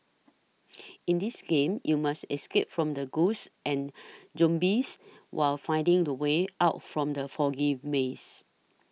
in this game you must escape from the ghosts and zombies while finding the way out from the foggy maze